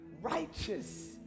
righteous